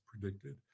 predicted